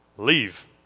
leave